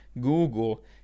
Google